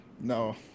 No